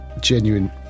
genuine